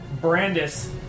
Brandis